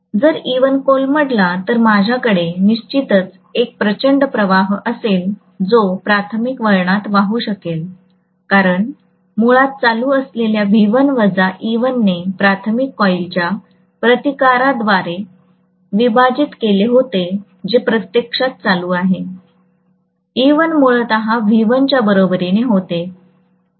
जर e1 कोलमडला तर माझ्याकडे निश्चितच एक प्रचंड प्रवाह असेल जो प्राथमिक वळणात वाहू शकेल कारण मुळात चालू असलेल्या V1 वजा e1 ने प्राथमिक कॉइलच्या प्रतिकाराद्वारे विभाजित केले होते जे प्रत्यक्षात चालू आहे e1 मूळत V1 च्या बरोबरीचे होते